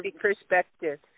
perspective